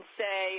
say